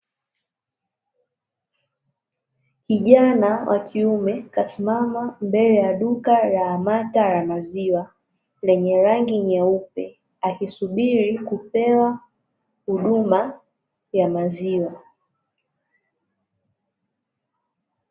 Kijana wa kiume kasimama mbele ya duka la 'AMATA' la maziwa lenye rangi nyeupe akisubiri kupewa huduma ya maziwa.